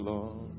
Lord